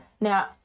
now